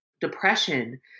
depression